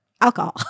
alcohol